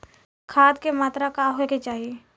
खाध के मात्रा का होखे के चाही?